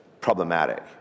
problematic